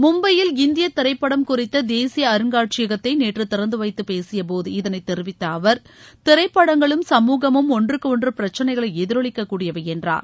மும்பையில் இந்திய திரைப்படம் குறித்த தேசிய அருங்காட்சியகத்தை நேற்று திறந்து வைத்துப் பேசிய போது இதனைத் தெரிவித்த அவர் திரைப்படங்களும் சமூகமும் ஒன்றுக்கு ஒன்று பிரச்னைகளை எதிரொலிக்கக் கூடியவை என்றார்